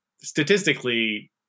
statistically